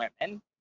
women